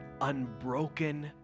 unbroken